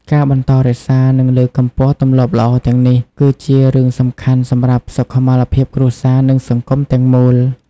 ការបន្តរក្សា និងលើកកម្ពស់ទម្លាប់ល្អទាំងអស់នេះ គឺជារឿងសំខាន់សម្រាប់សុខុមាលភាពគ្រួសារ និងសង្គមទាំងមូល។